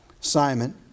Simon